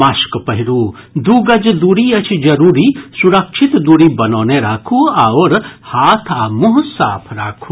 mask पहिरू दू गज दूरी अछि जरूरी सुरक्षित दूरी बनौने राखू आओर हाथ आ मुंह साफ राखू